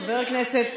חבר הכנסת